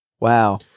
Wow